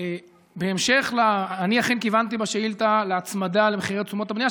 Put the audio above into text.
אני אכן כיוונתי בשאילתה להצמדה למחירי תשומות הבנייה,